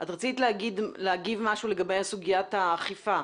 את רצית להגיב משהו לגבי סוגיית האכיפה.